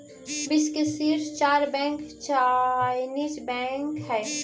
विश्व के शीर्ष चार बैंक चाइनीस बैंक हइ